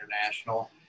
International